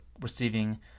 receiving